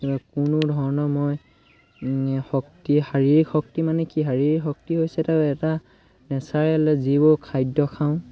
কোনো ধৰণৰ মই শক্তি শাৰীৰিক শক্তি মানে কি শাৰীৰিক শক্তি হৈছে এটা এটা নেচাৰেল যিবোৰ খাদ্য খাওঁ